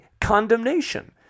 condemnation